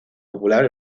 popular